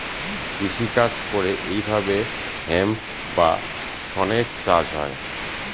কৃষি কাজ করে এইভাবে হেম্প বা শনের চাষ হয়